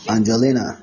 Angelina